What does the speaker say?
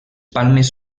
palmes